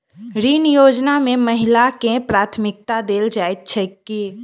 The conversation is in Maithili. ऋण योजना मे महिलाकेँ प्राथमिकता देल जाइत छैक की?